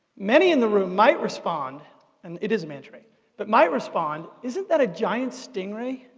many in the room might respond and it is a manta ray but might respond, isn't that a giant stingray?